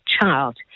child